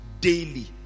daily